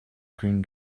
green